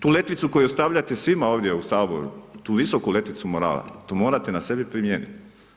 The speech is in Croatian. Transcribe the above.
Tu letvicu koju ostavljate svima ovdje u Saboru, tu visoku letvicu morala, to morate na sebi primijeniti.